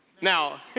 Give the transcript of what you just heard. Now